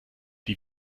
die